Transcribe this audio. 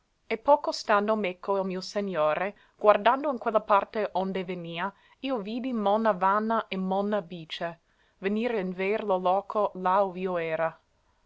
e poco stando meco il mio segnore guardando in quella parte onde venia io vidi monna vanna e monna bice venir invr lo loco là ov'io era